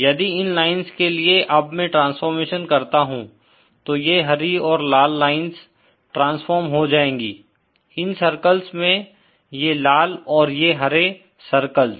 यदि इन लाइन्स के लिए अब मैं ट्रांसफॉर्मेशन करता हूँ तो ये हरी और लाल लाइन्स ट्रांसफॉर्म हो जायँगी इन सर्कल्स में ये लाल और ये हरे सर्कल्स